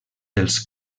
dels